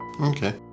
Okay